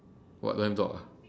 what don't have dog ah